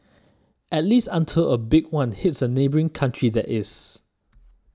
at least until a big one hits a neighbouring country that is